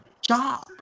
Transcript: job